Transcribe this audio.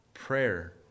prayer